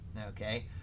Okay